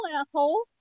asshole